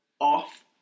off